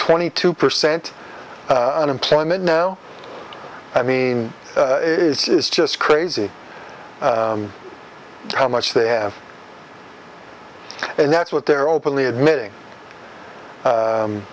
twenty two percent unemployment now i mean this is just crazy how much they have and that's what they're openly admitting